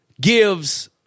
gives